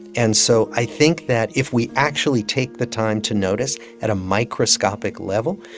and so i think that if we actually take the time to notice at a microscopic level,